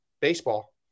baseball